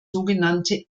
sogenannte